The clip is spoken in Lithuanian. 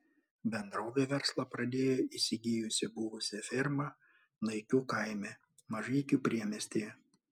bendrovė verslą pradėjo įsigijusi buvusią fermą naikių kaime mažeikių priemiestyje